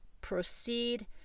proceed